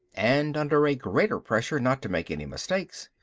and under a greater pressure not to make any mistakes.